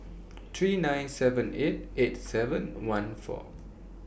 three nine seven eight eight seven one four